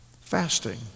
fasting